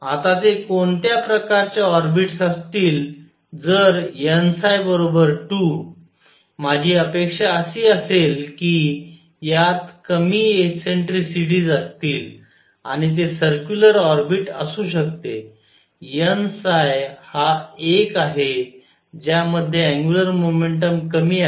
आता ते कोणत्या प्रकारच्या ऑर्बिटस असतील जर n 2 माझी अपेक्षा अशी असेल की यात कमी एसेंट्रिसिटीज असतील आणि ते सर्क्युलर ऑर्बिट असू शकते n हा एक आहे ज्यामध्ये अँग्युलर मोमेंटम कमी आहे